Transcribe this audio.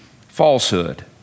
falsehood